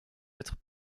êtres